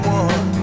one